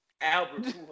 Albert